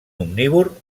omnívor